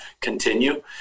continue